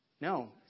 No